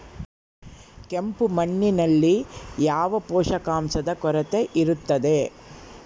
ಕೆಂಪು ಮಣ್ಣಿನಲ್ಲಿ ಯಾವ ಪೋಷಕಾಂಶದ ಕೊರತೆ ಇರುತ್ತದೆ?